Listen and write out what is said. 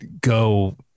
go